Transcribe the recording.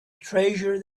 treasure